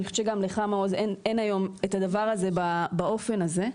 אני חושבת שגם לך מעוז אין היום את הדבר הזה באופן הזה.